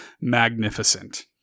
magnificent